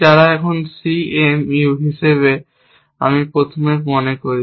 যারা এখন C M U হিসাবে আমি প্রথমে মনে করি